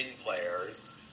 players